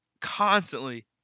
constantly